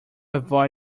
avoid